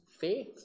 faith